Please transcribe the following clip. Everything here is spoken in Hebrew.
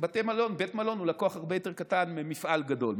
בית מלון הוא לקוח הרבה יותר קטן ממפעל גדול,